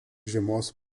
žiemos